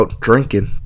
drinking